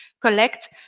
collect